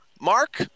Mark